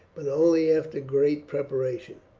but only after great preparation.